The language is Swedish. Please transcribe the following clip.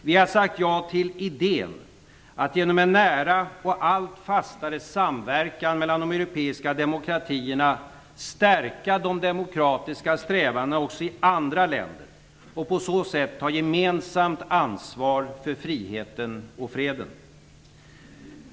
Vi har sagt ja till idén att genom en nära och allt fastare samverkan mellan de europeiska demokratierna stärka de demokratiska strävandena också i andra länder och på så sätt ta gemensamt ansvar för friheten och freden.